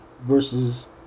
versus